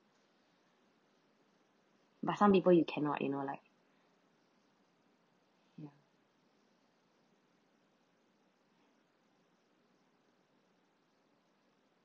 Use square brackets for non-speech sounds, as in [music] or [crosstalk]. but some people you cannot you know like [breath] ya